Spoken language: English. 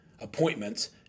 appointments